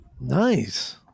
Nice